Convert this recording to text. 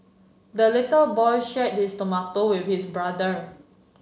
the little boy shared his tomato with his brother